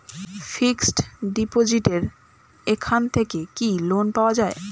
Fix ডিপোজিটের এখান থেকে কি লোন পাওয়া যায়?